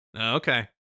okay